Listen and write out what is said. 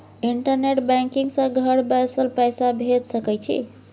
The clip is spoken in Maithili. इंटरनेट बैंकिग सँ घर बैसल पैसा भेज सकय छी